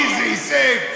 איזה הישג.